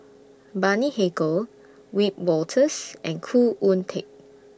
Bani Haykal Wiebe Wolters and Khoo Oon Teik